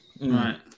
right